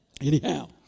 anyhow